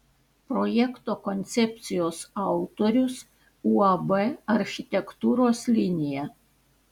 projekto koncepcijos autorius uab architektūros linija